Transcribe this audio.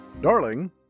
Darling